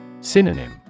Synonym